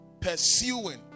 pursuing